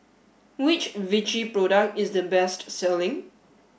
which Vichy product is the best selling